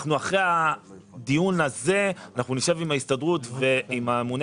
אנחנו אחרי הדיון הזה נשב עם ההסתדרות ועם הממונה